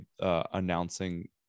announcing